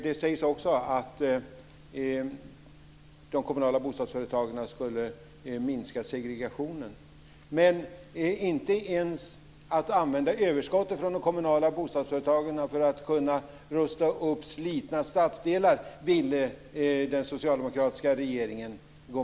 Det sägs också att de kommunala bostadsföretagen skulle minska segregationen. Men den socialdemokratiska regeringen ville inte ens gå med på att använda överskottet från de kommunala bostadsföretagen för att slitna stadsdelar skulle kunna rustas upp.